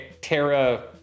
Terra